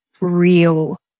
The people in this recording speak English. real